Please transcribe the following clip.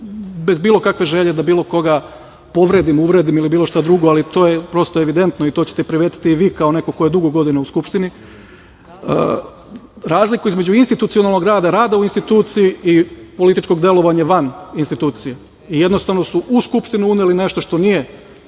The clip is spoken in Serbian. bez bilo kakve želje da bilo koga povredim, uvredim ili bilo šta drugo, ali to je prosto evidentno, i to ćete primetiti i vi kao neko ko je dugo godina u Skupštini, razliku između institucionalnog rada, rada u instituciji i političkog delovanja van institucija. Jednostavno su u Skupštinu uneli nešto što nije